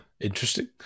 Interesting